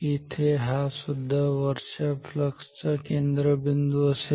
इथे हासुद्धा वरच्या फ्लक्स चा केंद्रबिंदू असेल